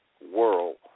world